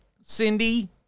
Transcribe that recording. Cindy